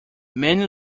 many